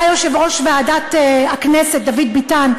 היה יושב-ראש ועדת הכנסת חבר הכנסת דוד ביטן,